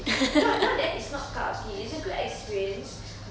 not not that it's not cup of tea it's a good experience